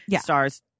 stars